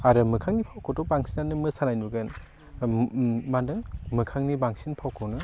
आरो मोखांनि फावखौथ' बांसिनानो मोसानाय नुगोन मा होनो मोखांनि बांसिन फावखौनो